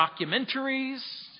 documentaries